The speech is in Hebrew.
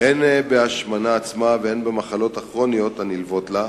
הן בהשמנה עצמה והן במחלות הכרוניות הנלוות לה,